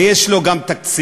ויש לו גם תקציב,